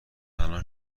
الان